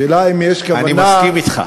השאלה היא אם יש כוונה, אני מסכים אתך.